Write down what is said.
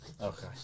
Okay